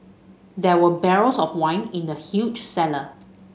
there were barrels of wine in the huge cellar